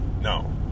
No